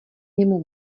němu